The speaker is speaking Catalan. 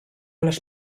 les